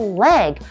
leg